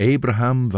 Abraham